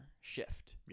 shift